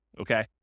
okay